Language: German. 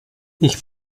ich